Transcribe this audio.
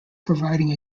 providing